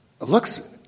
looks